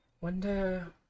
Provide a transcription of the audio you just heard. Wonder